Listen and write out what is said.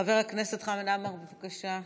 חבר הכנסת חמד עמאר, בבקשה.